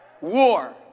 war